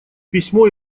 письмо